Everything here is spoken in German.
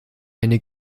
eine